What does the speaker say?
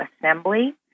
assembly